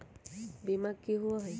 बीमा की होअ हई?